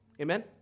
Amen